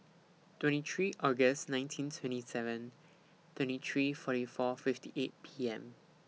twenty three August nineteen twenty seven twenty three forty four fifty eight P M